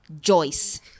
Joyce